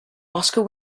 oscar